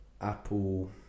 Apple